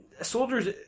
soldiers